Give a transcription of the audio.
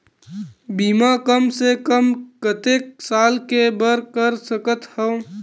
बीमा कम से कम कतेक साल के बर कर सकत हव?